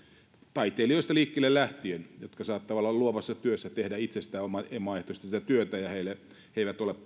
taiteilijoista liikkeelle lähtien jotka saattavat olla luovassa työssä tehdä itse omaehtoisesti sitä työtä ja he eivät ole